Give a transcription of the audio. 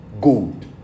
Gold